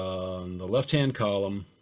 on the left hand column,